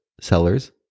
sellers